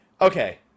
Okay